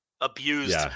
abused